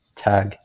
tag